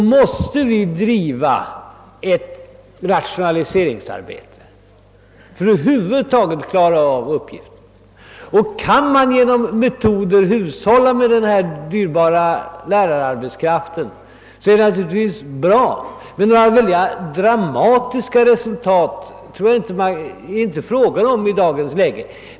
Vi måste därför driva ett rationaliseringsarbete för att över huvud taget klara av uppgiften. Kan man genom några metoder hushålla med den dyrbara lärararbetskraften är det naturligtvis bra. Men det är inte i dagens läge fråga om att åstadkomma några väldiga och dramatiska resultat.